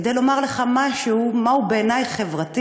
כדי לומר לך משהו, מהו בעיני "חברתי".